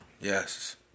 Yes